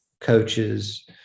coaches